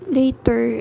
later